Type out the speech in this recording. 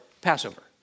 Passover